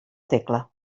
tecla